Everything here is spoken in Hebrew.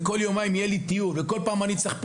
אם כל יומיים יהיה טיול ובכל פעם יהיה צריך לשלם,